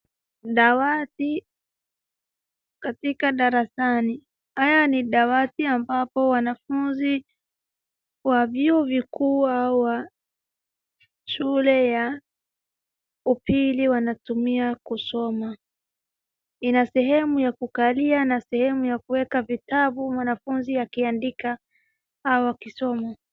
Dawati katika darasani, haya ni dawati ambapo wanafunzi wa vyuo vikuu kuwa wa shule ya upili wanatumia kusoma. Inasehemu ya kukali na sehemu ya kueka vitabu mwanafunzi akiandika au akisoma.